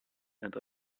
and